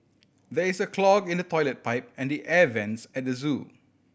there is a clog in the toilet pipe and the air vents at the zoo